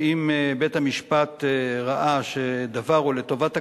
שאם בית-המשפט ראה שהדבר הוא לטובת הקטין,